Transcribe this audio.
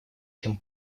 чем